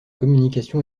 communication